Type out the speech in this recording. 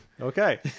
Okay